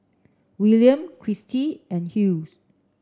William Kristi and Hughes